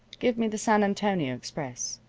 give me the san antonio express.